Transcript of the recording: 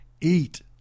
eat